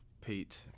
Pete